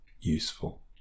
useful